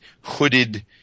hooded